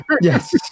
Yes